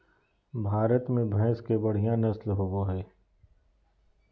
भारत में भैंस के बढ़िया नस्ल होबो हइ